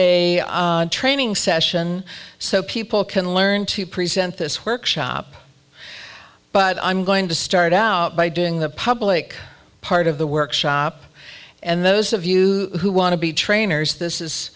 is a training session so people can learn to present this workshop but i'm going to start out by doing the public part of the workshop and those of you who want to be trainers this is